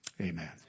Amen